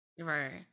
Right